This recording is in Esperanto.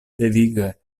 devige